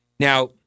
Now